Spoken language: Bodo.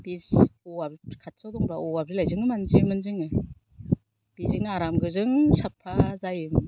बिस औवा खाथियाव दंबा औवा जोंनो मानजियोमोन जोङो बिजोंनो आराम गोजों साफा जायोमोन